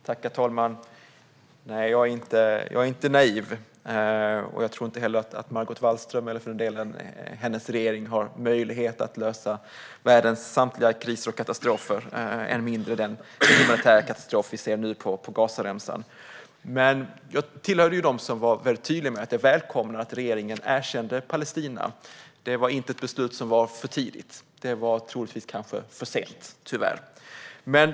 Herr talman! Jag är inte naiv. Jag tror inte heller att Margot Wallström - eller för den delen hennes regering - har möjlighet att lösa världens samtliga kriser och katastrofer, än mindre den humanitära katastrof vi nu ser på Gazaremsan. Jag tillhörde dem som väldigt tydligt välkomnade att regeringen erkände Palestina. Detta beslut fattades inte för tidigt, utan det fattades - tyvärr - troligtvis för sent.